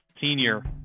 senior